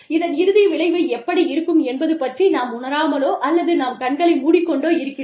இதன் இறுதி விளைவு எப்படி இருக்கும் என்பது பற்றி நாம் உணராமலோ அல்லது நாம் கண்களை மூடிக்கொண்டோ இருக்கிறோம்